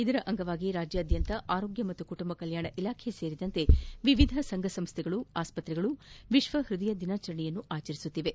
ಇದರ ಅಂಗವಾಗಿ ರಾಜ್ಯಾದ್ಯಂತ ಆರೋಗ್ಯ ಮತ್ತು ಕುಟುಂಬ ಕಲ್ಯಾಣ ಇಲಾಖೆ ಸೇರಿದಂತೆ ವಿವಿಧ ಸಂಘ ಸಂಸ್ಟೆಗಳು ಆಸ್ಪತ್ರೆಗಳು ವಿಶ್ವ ಹೃದಯ ದಿನಾಚರಣೆಯನ್ನು ಆಚರಿಸುತ್ತಿವೆ